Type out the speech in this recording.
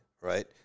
right